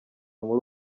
muri